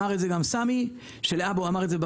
סמי גם אמר את זה.